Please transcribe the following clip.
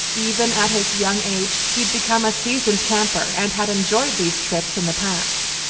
even at his young age he had become a seasoned camper and had enjoyed these trips in the past.